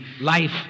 life